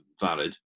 valid